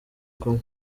kumwe